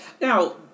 Now